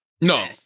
No